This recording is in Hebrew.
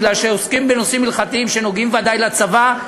כי עוסקים בנושאים הלכתיים שנוגעים ודאי לצבא,